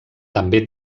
també